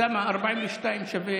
אוסאמה, ב-42 שווה